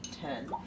ten